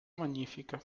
magnifica